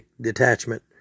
detachment